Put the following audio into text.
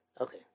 Okay